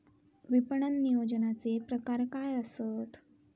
विपणन नियोजनाचे प्रकार काय आसत?